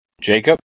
Jacob